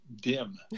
dim